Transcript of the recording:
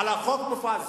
חוק מופז